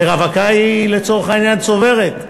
ורווקה היא לצורך העניין צוברת.